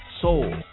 soul